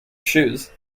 shoes